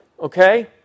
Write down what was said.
okay